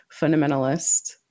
fundamentalist